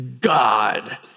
God